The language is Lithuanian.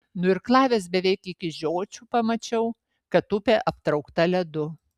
nuirklavęs beveik iki žiočių pamačiau kad upė aptraukta ledu